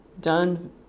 done